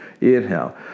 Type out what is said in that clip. Inhale